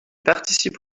participe